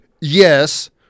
yes